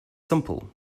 simple